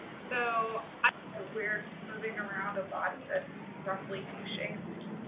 so ah weird moving around a body that's roughly you shaped?